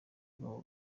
rw’abo